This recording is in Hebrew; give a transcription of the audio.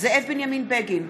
זאב בנימין בגין,